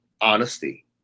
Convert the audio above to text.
honesty